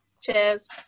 cheers